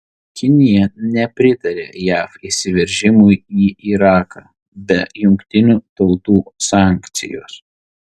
kinija nepritarė jav įsiveržimui į iraką be jungtinių tautų sankcijos